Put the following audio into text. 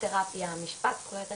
פסיכותרפיה, משפט, זכויות אדם.